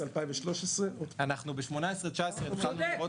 2019. אנחנו בשנים אלה התחלנו --- הוא צודק.